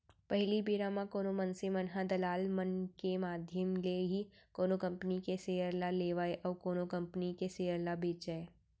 पहिली बेरा म कोनो मनसे मन ह दलाल मन के माधियम ले ही कोनो कंपनी के सेयर ल लेवय अउ कोनो कंपनी के सेयर ल बेंचय